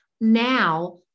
now